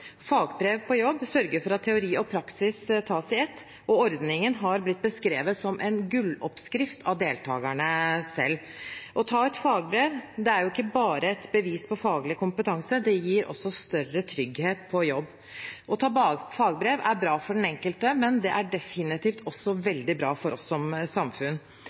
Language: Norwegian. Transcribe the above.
Fagbrev på jobb sørger for at teori og praksis tas i ett, og ordningen har blitt beskrevet som en gulloppskrift av deltakerne selv. Å ha et fagbrev er ikke bare et bevis på faglig kompetanse; det gir også større trygghet på jobb. Å ta fagbrev er bra for den enkelte, og det er definitivt veldig bra for oss som samfunn.